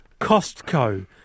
Costco